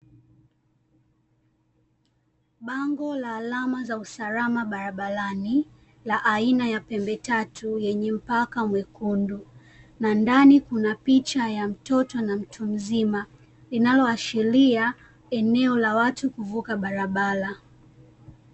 Bango la alama za usalama barabarani, la aina ya pembe tatu, yenye mpaka mwekundu, na ndani kuna picha ya mtoto na mtu mzima, linaloashiria eneo la watu, kuvuka barabara .